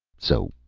so,